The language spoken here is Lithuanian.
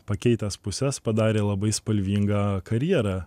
pakeitęs puses padarė labai spalvingą karjerą